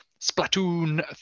Splatoon